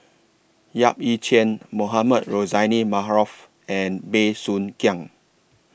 Yap Ee Chian Mohamed Rozani Maarof and Bey Soo Khiang